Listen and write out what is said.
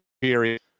period